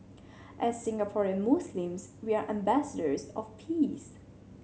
as Singaporean Muslims we are ambassadors of peace